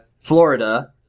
florida